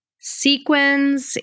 sequins